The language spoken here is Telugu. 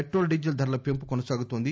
పెట్రోల్ డీజిల్ ధరల పెంపు కొనసాగుతోంది